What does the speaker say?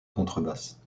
contrebasse